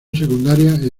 secundaria